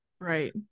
right